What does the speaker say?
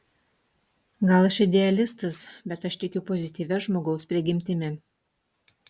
gal aš idealistas bet aš tikiu pozityvia žmogaus prigimtimi